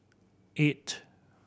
eight